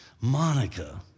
Monica